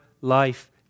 life